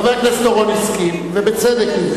חבר הכנסת אורון הסכים, ובצדק.